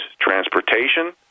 transportation